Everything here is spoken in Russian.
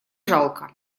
жалко